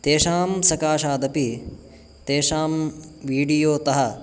तेषां सकाशादपि तेषां वीडियोतः